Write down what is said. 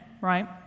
right